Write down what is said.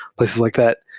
places like that,